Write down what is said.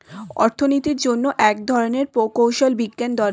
অর্থনীতির জন্য এক ধরনের প্রকৌশল বিজ্ঞান দরকার